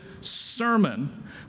sermon